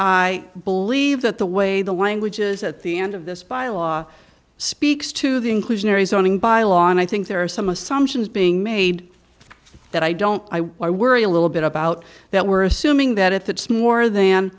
i believe that the way the languages at the end of this bylaw speaks to the inclusionary zoning by law and i think there are some assumptions being made that i don't worry a little bit about that we're assuming that if it's more than